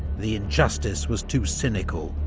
the injustice was too cynical,